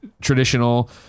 traditional